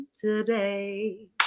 today